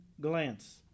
glance